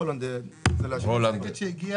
רולנד יציג.